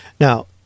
now